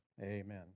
Amen